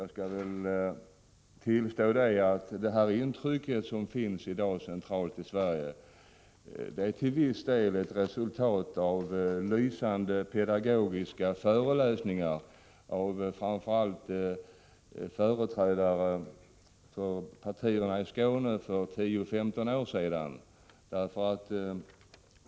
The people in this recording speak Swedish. Jag tillstår således att det intryck som finns centralt i Sverige i dag till viss del är ett resultat av lysande pedagogiska föreläsningar, som hållits av framför allt skånska företrädare för partierna för 10-15 år sedan.